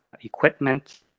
equipment